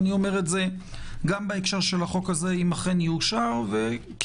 אני אומר את זה גם בהקשר החוק הזה אם אכן יאושר וכמדיניות.